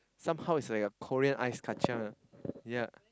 somehow it is like a Korean ice-kacang ah yea